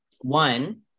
One